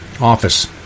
office